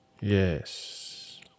yes